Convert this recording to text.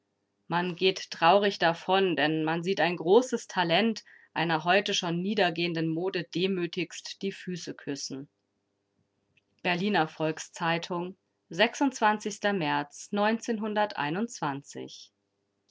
man geht traurig davon denn man sieht ein großes talent einer heute schon niedergehenden mode demütigst die füße küssen berliner volks-zeitung märz